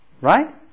Right